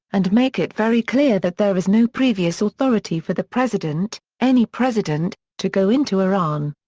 and make it very clear that there is no previous authority for the president, any president, to go into iran.